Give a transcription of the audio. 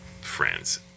friends